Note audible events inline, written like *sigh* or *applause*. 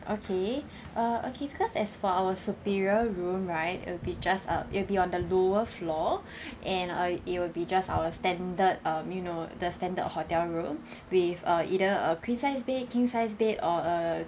okay uh okay because as for our superior room right it'll be just uh it'll be on the lower floor *breath* and uh it will be just our standard um you know the standard hotel room with a either a queen size bed king size bed or a